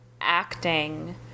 acting